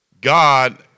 God